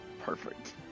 Perfect